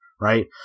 right